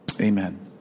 Amen